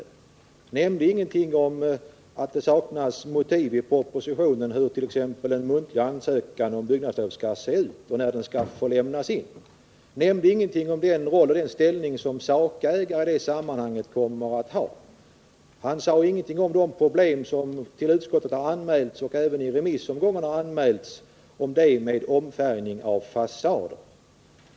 Han nämnde sålunda ingenting om att det i propositionen t.ex. saknas anvisning för hur en muntlig ansökan om byggnadslov skall utformas. Han nämnde ingenting om den roll och ställning som sakägare i det sammanhanget kommer att ha. Han sade heller ingenting om de problem som har anmälts till utskottet — och som även har anmälts i remissomgången — som kan uppstå, t.ex. vid omfärgning av fasader.